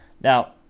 Now